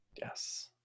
Yes